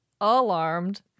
alarmed